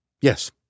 Yes